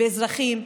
באזרחים,